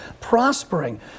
prospering